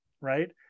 right